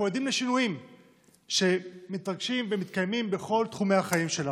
אנחנו עדים לשינויים שמתרגשים ומתקיימים בכל תחומי החיים שלנו.